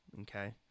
Okay